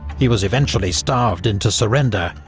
he was eventually starved into surrender,